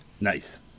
Nice